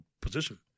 position